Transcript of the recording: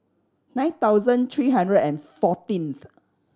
nine thousand three hundred and fourteenth